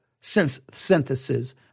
synthesis